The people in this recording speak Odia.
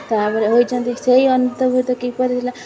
ତା'ପରେ ହେଉଛନ୍ତି ସେହି ଅନ୍ତର୍ଭୁକ୍ତ କିପରି ହେଲା